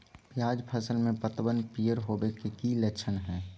प्याज फसल में पतबन पियर होवे के की लक्षण हय?